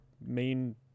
main